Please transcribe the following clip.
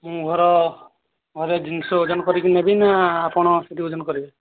ମୋ ଘର ଘରେ ଜିନିଷ ଓଜନ କରିକି ନେବି ନା ଆପଣ ସେଇଠି ଓଜନ କରିବେ